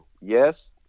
Yes